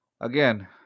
again